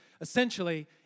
essentially